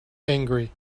angry